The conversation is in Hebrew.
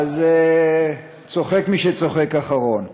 צוחק מי שצוחק אחרון.